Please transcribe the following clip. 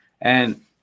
And-